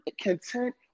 content